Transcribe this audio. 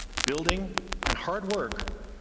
building and hard work,